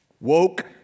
Woke